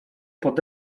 pod